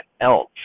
else